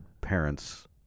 parents